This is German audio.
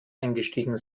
eingestiegen